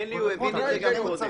האמן לי, הוא הבין את זה גם קודם.